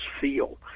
feel